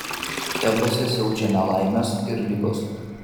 tebuose siaučia nelaimės ir ligos